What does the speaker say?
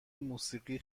موسیقی